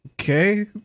okay